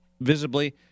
visibly